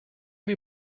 wir